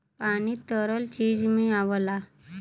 पानी तरल चीज में आवला